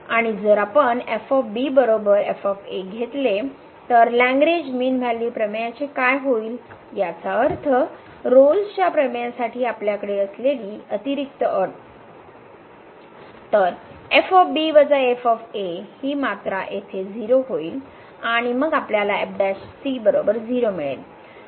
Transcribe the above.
आणि जर आपण घेतले तर लॅगरेंज मीन व्हॅल्यू प्रमेयाचे काय होईल याचा अर्थ रोल्स च्या प्रमेयसाठी आपल्याकडे असलेली अतिरिक्त अट तर ही मात्रा येथे 0 होईल आणि मग आपल्याला मिळेल